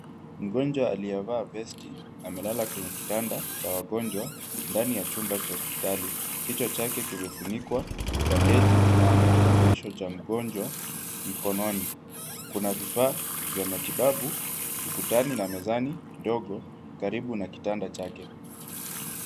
Mgonjwa aliyevaa vesti amelala kwenye kitanda cha wagonjwa ndani ya chumba cha hospitali, kichwa chake kimefunikwa bandeji na ana kitambulisho cha mgonjwa mkononi. Kuna vifaa vya matibabu ukutani na mezani ndogo karibu na kitanda chake .